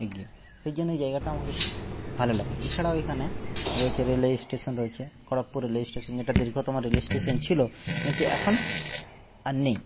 সেই জন্য এই জায়গাটা আমাকে খুব ভালো লাগে এছাড়াও এখানে রয়েছে রেলওয়ে স্টেশন রয়েছে খড়গপুর রেলওয়ে স্টেশন যেটা দীর্ঘতম রেলওয়ে স্টেশন ছিল কিন্তু এখন আর নেই